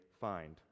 find